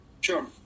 Sure